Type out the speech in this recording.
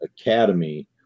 academy